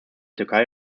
türkei